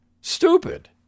Stupid